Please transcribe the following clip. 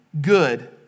good